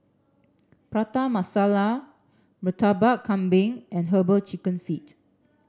Prata Masala Murtabak Kambing and Herbal Chicken Feet